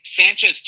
Sanchez